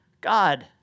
God